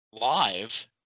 live